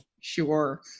sure